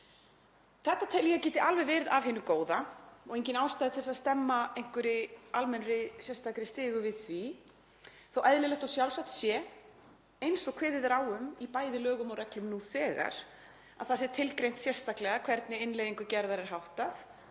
tel að þetta geti alveg verið af hinu góða og engin ástæða til þess almennt að stemma sérstakri stigu við því þó að eðlilegt og sjálfsagt sé, eins og kveðið er á um í bæði lögum og reglum nú þegar, að það sé tilgreint sérstaklega hvernig innleiðingu gerðar er háttað